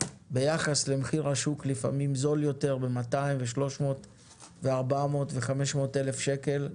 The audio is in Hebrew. ביחס למחיר השוק לפעמים זול יותר ב-200 ו-300 ו-400 ו-500 אלף שקל,